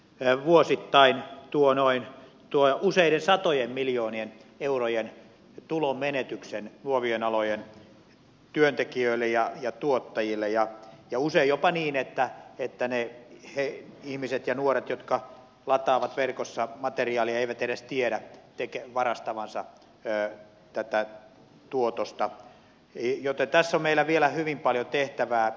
verkosta lataaminen tuo vuosittain useiden satojen miljoonien eurojen tulonmenetyksen luovien alojen työntekijöille ja tuottajille usein jopa niin että ne ihmiset nuoret jotka lataavat verkosta materiaalia eivät edes tiedä varastavansa tätä tuotosta joten tässä on meillä vielä hyvin paljon tehtävää